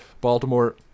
Baltimore